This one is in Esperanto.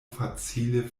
facile